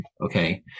Okay